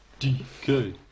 DK